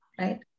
right